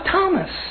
Thomas